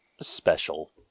special